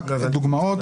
רק להביא דוגמאות.